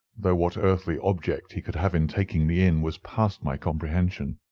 though what earthly object he could have in taking me in was past my comprehension.